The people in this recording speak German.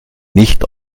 nicht